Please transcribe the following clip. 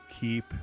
keep